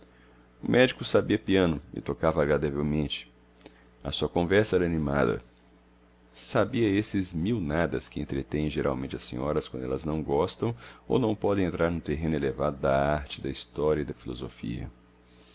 o médico sabia piano e tocava agradavelmente a sua conversa era animada sabia esses mil nadas que entretêm geralmente as senhoras quando elas não gostam ou não podem entrar no terreno elevado da arte da história e da filosofia